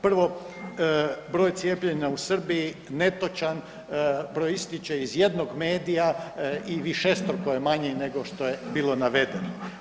Prvo broj cijepljenja u Srbiji netočan, proistječe iz jednog medija i višestruko je manji nego što je bilo navedeno.